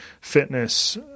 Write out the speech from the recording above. fitness